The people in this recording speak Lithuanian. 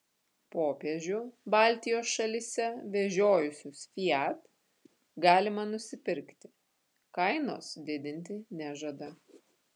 popiežių baltijos šalyse vežiojusius fiat galima nusipirkti kainos didinti nežada